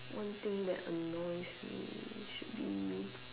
one thing that annoys me should be